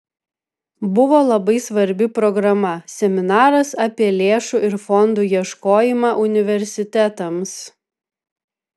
buvo labai svarbi programa seminaras apie lėšų ir fondų ieškojimą universitetams